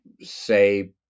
say